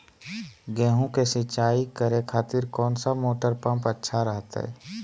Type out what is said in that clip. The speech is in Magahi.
गेहूं के सिंचाई करे खातिर कौन सा मोटर पंप अच्छा रहतय?